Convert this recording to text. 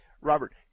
Robert